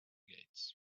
gates